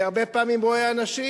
אני הרבה פעמים רואה אנשים,